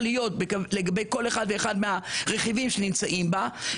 להיות לגבי כל אחד ואחד מהרכיבים שנמצאים בה,